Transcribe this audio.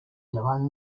llevant